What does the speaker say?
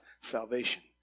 salvation